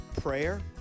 prayer